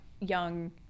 young